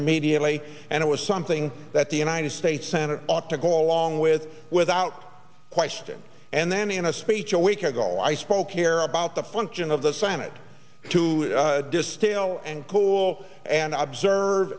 immediately and it was something that the united states senate ought to go along with without question and then in a speech a week ago i spoke here about the function of the senate to distil and cool and observe